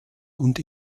und